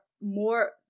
more